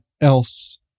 else